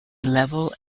level